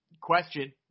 question